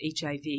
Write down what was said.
HIV